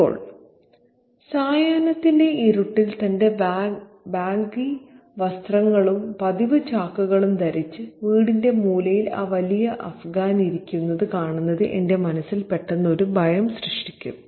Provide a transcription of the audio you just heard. ഇപ്പോൾ സായാഹ്നത്തിന്റെ ഇരുട്ടിൽ തന്റെ ബാഗി വസ്ത്രങ്ങളും പതിവ് ചാക്കുകളും ധരിച്ച് വീടിന്റെ മൂലയിൽ ആ വലിയ അഫ്ഗാൻ ഇരിക്കുന്നത് കാണുന്നത് എന്റെ മനസ്സിൽ പെട്ടെന്ന് ഒരു ഭയം സൃഷ്ടിക്കും